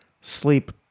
sleep